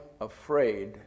afraid